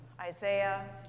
Isaiah